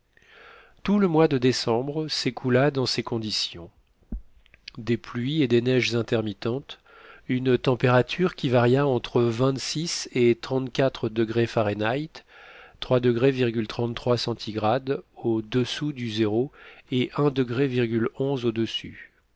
tout le mois de décembre s'écoula dans ces conditions des pluies et des neiges intermittentes une température qui varia entre vingt-six et trente-quatre degrés fahrenheit au-dessous du zéro et de